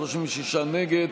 36 נגד,